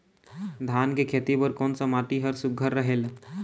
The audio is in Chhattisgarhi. धान के खेती बर कोन सा माटी हर सुघ्घर रहेल?